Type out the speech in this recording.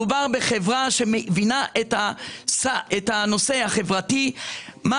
מדובר בחברה שמבינה את הנושא החברתי ואת